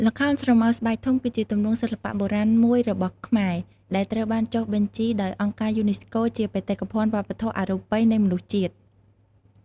ល្ខោនស្រមោលស្បែកធំ គឺជាទម្រង់សិល្បៈបុរាណមួយរបស់ខ្មែរ ដែលត្រូវបានចុះបញ្ជីដោយអង្គការយូណេស្កូជាបេតិកភណ្ឌវប្បធម៌អរូបីនៃមនុស្សជាតិ។